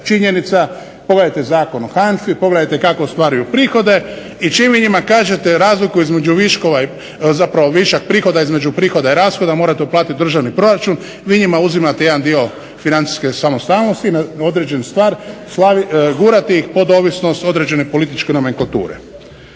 činjenica. Pogledajte Zakon o HANFA-i, pogledajte kako stvari uprihode i čim vi njima kažete razliku između viškova, zapravo višak prihoda između prihoda i rashoda morate uplatiti u državni proračun vi njima uzimate jedan dio financijske samostalnosti na određenu stvar, gurate ih pod ovisnost određene političke nomenklature.